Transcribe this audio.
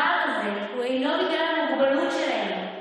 הפער הזה אינו נובע מהמוגבלות שלהם,